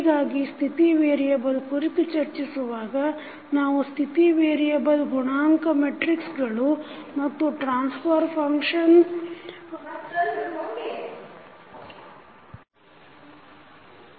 ಹೀಗಾಗಿ ಸ್ಥಿತಿ ವೇರಿಯಬಲ್ ಕುರಿತು ಚರ್ಚಿಸುವಾಗ ನಾವು ಸ್ಥಿತಿ ವೇರಿಯಬಲ್ ಗುಣಾಂಕ ಮೆಟ್ರಿಕ್ಗಳು ಮತ್ತು ಟ್ರಾನ್ಸ್ಫರ್ ಫಂಕ್ಷನ್ ನಡುವಿನ ಸಂಬಂಧವನ್ನು ಹೀಗೆ ಗುರುತಿಸುತ್ತೇವೆ